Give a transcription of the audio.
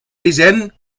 vigent